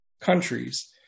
countries